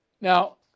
now